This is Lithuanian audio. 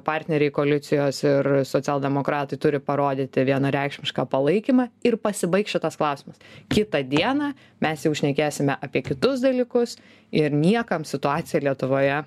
partneriai koalicijos ir socialdemokratai turi parodyti vienareikšmišką palaikymą ir pasibaigs šitas klausimas kitą dieną mes jau šnekėsime apie kitus dalykus ir niekam situacija lietuvoje